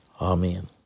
amen